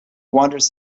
wanders